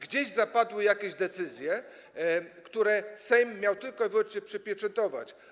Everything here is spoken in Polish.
Gdzieś zapadły jakieś decyzje, które Sejm miał tylko i wyłącznie przypieczętować.